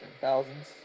Thousands